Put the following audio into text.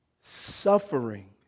Suffering